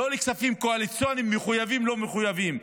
לא לכספים קואליציוניים, מחויבים או לא מחויבים.